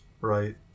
Right